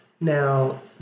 Now